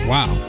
Wow